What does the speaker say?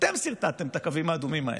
אתם סרטטתם את הקווים האדומים האלה,